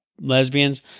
lesbians